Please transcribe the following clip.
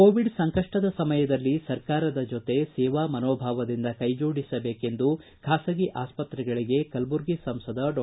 Covid ಸಂಕಪ್ಲದ ಸಮಯದಲ್ಲಿ ಸರ್ಕಾರದ ಜೊತೆ ಸೇವಾ ಮನೋಭಾವದಿಂದ ಕೈಜೋಡಿಸಬೇಕೆಂದು ಖಾಸಗಿ ಆಸ್ತಕ್ರೆಗಳಿಗೆ ಕಲಬುರ್ಗಿ ಸಂಸದ ಡಾ